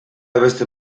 beste